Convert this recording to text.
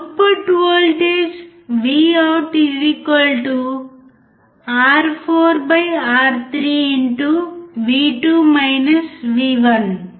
output voltage Vout R4 R3